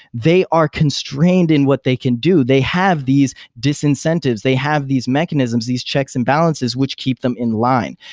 they are constrained in what they can do. they have these disincentives. they have these mechanisms, these checks and balances which keep them in line,